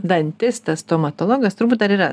dantistas stomatologas turbūt dar yra